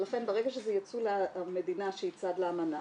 ולכן ברגע שזה ייצוא למדינה שהיא צד לאמנה